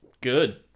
good